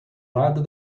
lado